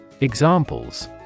Examples